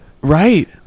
Right